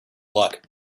luck